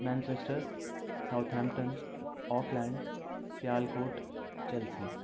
Manchester Southampton Auckland Sialkot Chelsea